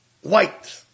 white